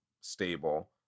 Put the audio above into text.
stable